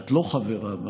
כשאנחנו מהימין,